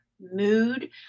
mood